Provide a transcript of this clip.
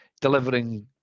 delivering